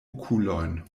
okulojn